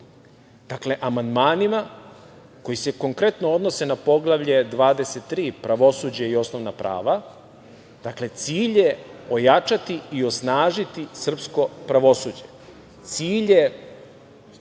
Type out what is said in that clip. dakle, amandmanima koji se konkretno odnose na Poglavlje 23 - pravosuđe i osnovna prava. Dakle, cilj je ojačati i osnažiti srpsko pravosuđe.